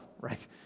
right